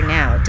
now